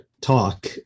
talk